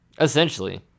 Essentially